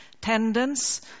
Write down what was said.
tendons